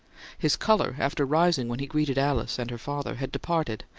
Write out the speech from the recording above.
his colour, after rising when he greeted alice and her father, had departed,